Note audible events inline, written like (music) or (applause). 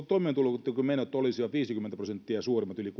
(unintelligible) toimeentulotukimenot olisivat viisikymmentä prosenttia suuremmat yli (unintelligible)